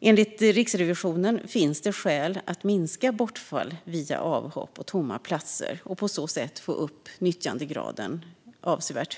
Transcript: Enligt Riksrevisionen finns det skäl att minska bortfall via avhopp och tomma platser och på så sätt få upp nyttjandegraden avsevärt.